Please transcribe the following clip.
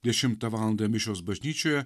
dešimtą valandą mišios bažnyčioje